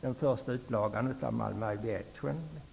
den första upplagan av Malmö Aviation, har gått i konkurs.